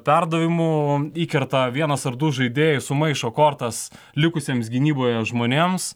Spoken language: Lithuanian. perdavimų įkerta vienas ar du žaidėjai sumaišo kortas likusiems gynyboje žmonėms